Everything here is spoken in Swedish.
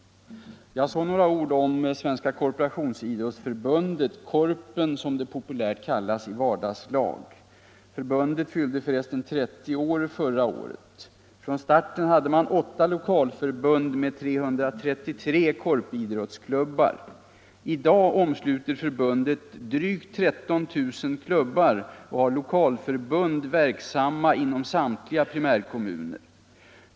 Så några ord om Svenska korporationsidrottsförbundet — Korpen som det populärt kallas i vardagslag. Förbundet fyllde förresten 30 år förra året. Från starten hade man åtta lokalförbund med 333 korpidrottsklubbar. I dag omsluter förbundet drygt 13 000 klubbar och har lokalförbund verksamma i samtliga primärkommuner.